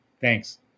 Thanks